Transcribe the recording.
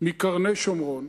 מקרני-שומרון,